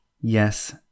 Yes